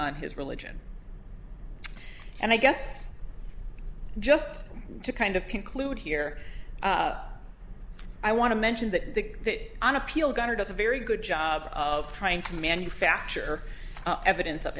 on his religion and i guess just to kind of conclude here i want to mention that on appeal gunner does a very good job of trying to manufacture evidence of